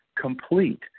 complete